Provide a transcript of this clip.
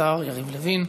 השר יריב לוין.